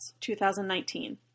2019